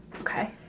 Okay